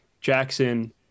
Jackson